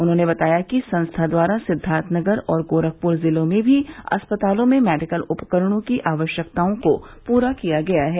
उन्होंने बताया कि संस्था द्वारा सिद्दार्थनगर और गोरखपुर जिलों में भी अस्पतालों में मेडिकल उपकरणों की आवश्यकता को पूरा किया गया है